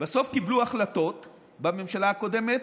בסוף קיבלו החלטות בממשלה הקודמת,